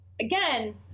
again